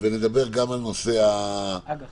ונדבר גם על נושא האג"ח.